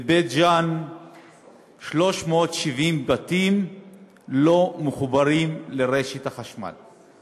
בבית-ג'ן 370 בתים לא מחוברים לרשת החשמל.